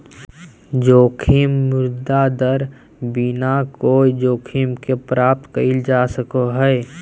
जोखिम मुक्त दर बिना कोय जोखिम के प्राप्त कइल जा सको हइ